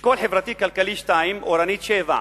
אשכול חברתי-כלכלי, 2, אורנית, 7,